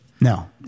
no